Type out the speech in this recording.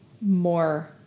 more